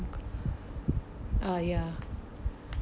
ah ya